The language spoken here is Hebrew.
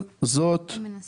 מה כן אם לא הפרדה?